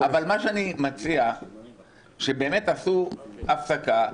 אבל אני מציע שתעשו הפסקה,